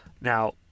now